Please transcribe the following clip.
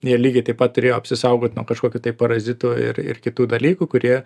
jie lygiai taip pat turėjo apsisaugot nuo kažkokių tai parazitų ir ir kitų dalykų kurie